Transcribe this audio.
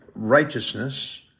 righteousness